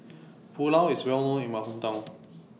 Pulao IS Well known in My Hometown